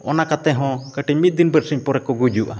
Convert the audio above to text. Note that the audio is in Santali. ᱚᱱᱟ ᱠᱟᱛᱮᱦᱚᱸ ᱢᱤᱫᱽᱫᱤᱱᱼᱵᱟᱹᱨᱥᱤᱧ ᱯᱚᱨᱮᱠᱚ ᱜᱩᱡᱩᱜᱼᱟ